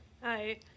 Hi